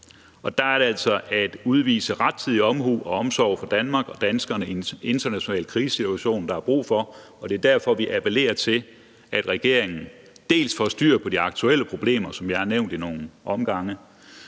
Der er der altså brug for at udvise rettidig omhu og omsorg for Danmark og danskerne i den internationale krisesituation, og derfor appellerer vi til, at regeringen dels får styr på de aktuelle problemer, som jeg har nævnt ad nogle omgange,